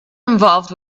involved